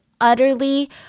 utterly